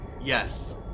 Yes